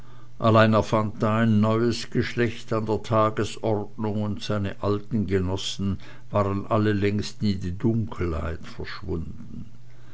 er fand da ein neues geschlecht an der tagesordnung und seine alten genossen waren alle längst in die dunkelheit verschwunden